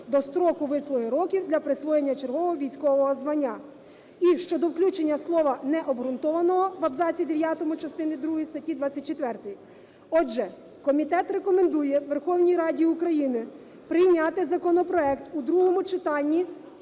до строку вислуги років для присвоєння чергового військового звання"; і щодо включення слова "необґрунтованого" в абзаці 9 частини другої статті 24. Отже, комітет рекомендує Верховній Раді України прийняти законопроект у другому читанні